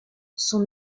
son